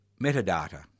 Metadata